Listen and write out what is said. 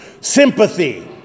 Sympathy